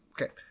Okay